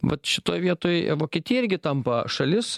vat šitoj vietoj vokietija irgi tampa šalis